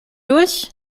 durch